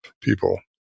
people